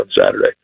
Saturday